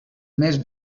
més